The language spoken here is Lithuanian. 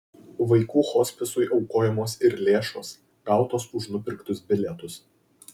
vaikų hospisui aukojamos ir lėšos gautos už nupirktus bilietus